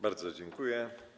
Bardzo dziękuję.